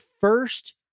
first